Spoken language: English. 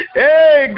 hey